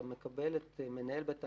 אתה מקבל את מנהל בית האבות,